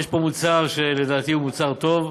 יש פה מוצר שלדעתי הוא מוצר טוב,